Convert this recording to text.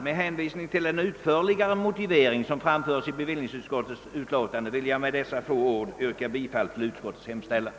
Med hänvisning till den utförligare motivering som lämnas i utskottsbetänkandet vill jag med dessa ord yrka bifall till utskottets hemställan.